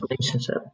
relationship